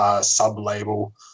sub-label